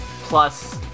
plus